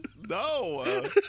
No